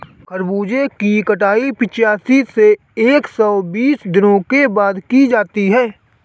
खरबूजे की कटाई पिचासी से एक सो बीस दिनों के बाद की जाती है